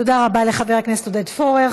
תודה רבה לחבר הכנסת עודד פורר.